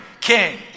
king